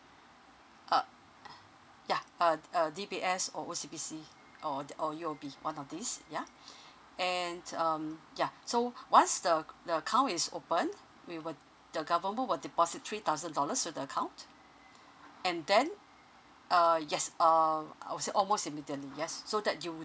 ugh yeah uh D uh D_B_S or O_C_B_C or or the or you will be one of these yeah and um yeah so once the the account is open we will the government will deposit three thousand dollars to the account and then uh yes um I would say almost immediately yes so that you